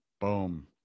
boom